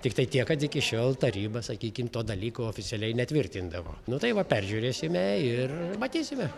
tiktai tiek kad iki šiol taryba sakykim to dalyko oficialiai netvirtindavo nu tai va peržiūrėsime ir matysime